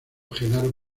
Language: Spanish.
genaro